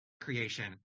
creation